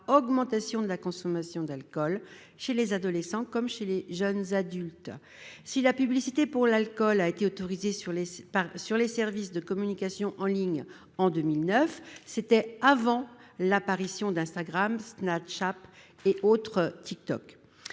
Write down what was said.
augmentation de la consommation d'alcool chez les adolescents et les jeunes adultes. Si la publicité pour l'alcool a été autorisée sur les services de communication en ligne en 2009, c'était avant l'apparition d'Instagram, de Snapchat ou encore de TikTok,